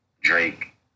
Drake